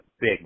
big